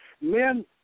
men